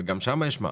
וגם שם יש מע"מ.